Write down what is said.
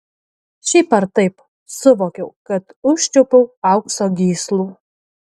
šiaip ar taip suvokiau kad užčiuopiau aukso gyslų